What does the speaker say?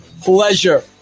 pleasure